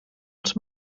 els